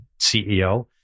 CEO